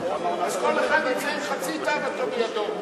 אז כל אחד יצא עם חצי תאוותו בידו.